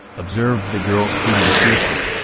observed the girl-student fiercely.